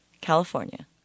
California